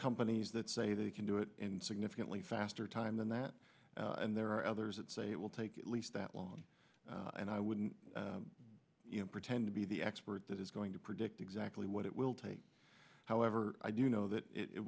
companies that say they can do it in significantly faster time than that and there are others that say it will take at least that long and i wouldn't pretend to be the expert that is going to predict exactly what it will take however i do know that it